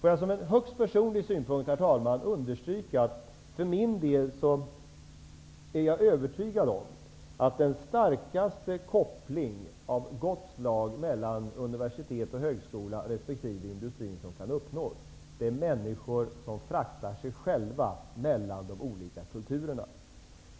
Jag vill som en högst personlig synpunkt understryka att jag för min del är övertygad om att den starkaste koppling av gott slag mellan universitet, högskolor och industrin som kan uppnås är de människor som fraktar sig själva mellan de olika kulturerna.